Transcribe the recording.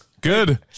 good